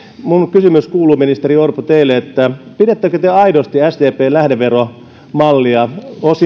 minun kysymykseni kuuluu ministeri orpo teille pidättekö te aidosti perusteettomana sdpn lähdeveromallia